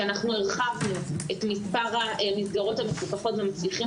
אנחנו הרחבנו את מספר המסגרות המפוקחות וצריכים